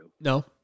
No